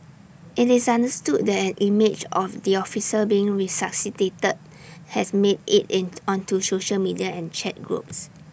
IT is understood that an image of the officer being resuscitated has made IT in onto social media and chat groups